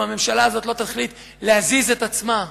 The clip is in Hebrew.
אם הממשלה הזאת לא תחליט להזיז את עצמה,